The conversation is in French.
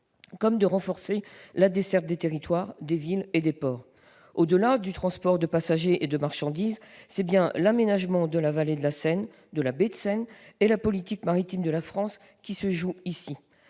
que de renforcer la desserte des territoires, des villes et des ports. Au-delà du transport de passagers et de marchandises, c'est bien l'aménagement de la vallée de la Seine, de la baie de Seine et la politique maritime de la France qui se jouent ici.